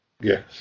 Yes